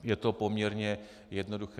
Je to poměrně jednoduché.